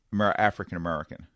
African-American